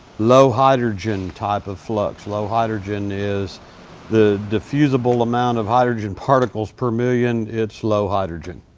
low hydrogen type of flux. low hydrogen is the diffusible amount of hydrogen particles per million. it's low hydrogen.